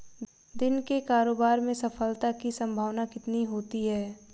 दिन के कारोबार में सफलता की संभावना कितनी होती है?